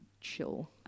chill